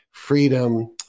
freedom